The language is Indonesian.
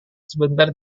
sebentar